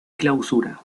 clausura